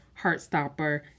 Heartstopper